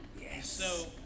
Yes